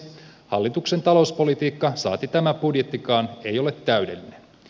hallituksen talouspolitiikka saati tämä budjettikaan ei ole täydellinen